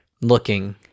looking